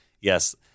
yes